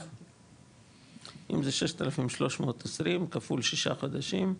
אם זה 6,320 ₪ כפול 6 חודשים,